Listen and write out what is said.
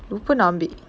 lupa nak ambil